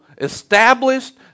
established